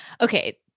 okay